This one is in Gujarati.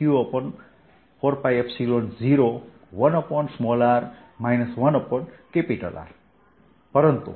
Refer Time 0836 Vrq4π0 પરંતુ